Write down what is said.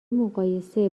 مقایسه